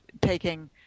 taking